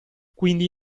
quindi